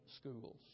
schools